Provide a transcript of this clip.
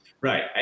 Right